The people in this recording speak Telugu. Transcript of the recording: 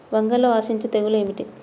వంగలో ఆశించు తెగులు ఏమిటి?